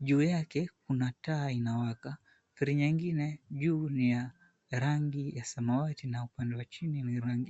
Juu yake kuna taa inawaka. Feri nyingine juu ni ya rangi ya samawati na upande wa chini ni rangi nyeusi.